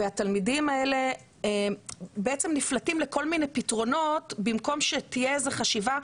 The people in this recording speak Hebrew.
והתלמידים האלה בעצם נפלטים לכל מיני פתרונות במקום שתהיה איזה חשיבה,